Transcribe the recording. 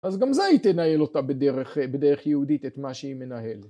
‫אז גם זה היא תתנהל אותה בדרך יהודית ‫את מה שהיא מנהלת.